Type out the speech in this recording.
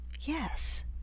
Yes